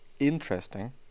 interesting